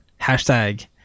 hashtag